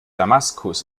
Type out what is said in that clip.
damaskus